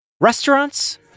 Restaurants